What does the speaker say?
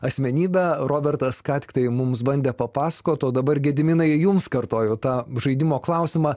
asmenybę robertas ką tik tai mums bandė papasakot o dabar gediminai jums kartoju tą žaidimo klausimą